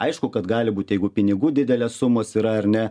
aišku kad gali būt jeigu pinigų didelės sumos yra ar ne